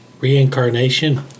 Reincarnation